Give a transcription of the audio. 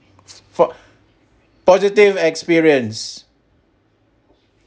for positive experience